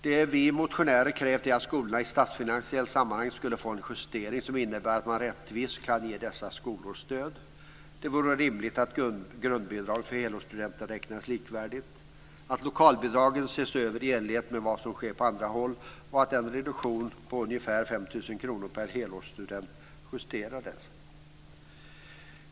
Det som vi motionärer krävt är att skolorna i statsfinansiellt sammanhang skulle få en justering som innebär att man rättvist kan ge dessa skolor stöd. Det vore rimligt att grundbidraget för helårsstudenter räknades likvärdigt, att lokalbidragen sågs över i enlighet med vad som sker på andra håll och att reduktionen på ungefär 5 000 kr per helårsstudent justerades.